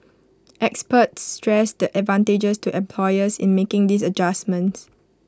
experts stressed the advantages to employers in making these adjustments